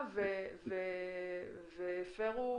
והפרו